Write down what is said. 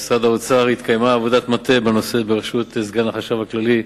במשרד האוצר התקיימה עבודת מטה בנושא בראשות סגן החשב הכללי,